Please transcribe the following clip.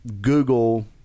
Google